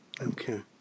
Okay